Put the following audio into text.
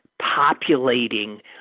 populating